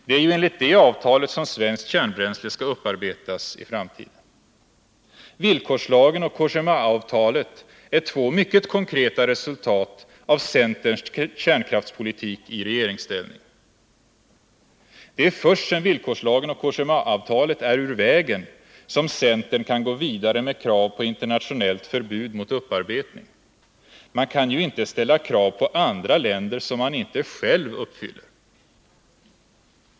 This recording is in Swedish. Det är ju enligt det avtalet som svenskt kärnbränsle skall upparbetas i framtiden. Villkorslagen och Cogémaavtalet är två mycket konkreta resultat av centerns kärnkraftspolitik i regeringsställning. Det är först sedan villkorslagen och Cogémaavtalet är ur vägen som centern kan gå vidare med krav på internationellt förbud mot upparbetning. Man kan ju inte ställa krav på andra länder som man inte själv uppfyller.